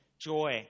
joy